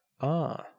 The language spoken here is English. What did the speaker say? Ah